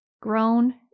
grown